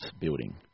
building